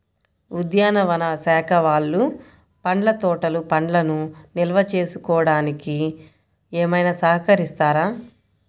ఉద్యానవన శాఖ వాళ్ళు పండ్ల తోటలు పండ్లను నిల్వ చేసుకోవడానికి ఏమైనా సహకరిస్తారా?